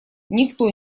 никто